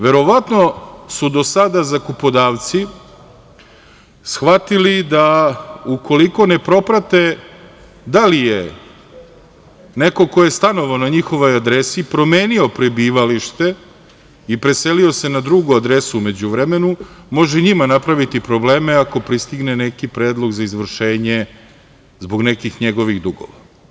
Verovatno su do sada zakupodavci shvatili da ukoliko ne proprate da li je neko ko je stanovao na njihovoj adresi promenio prebivalište i preselio se na drugu adresu u međuvremenu može njima napraviti probleme ako pristigne neki predlog za izvršenje zbog nekih njegovih dugova.